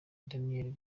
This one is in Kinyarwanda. daniel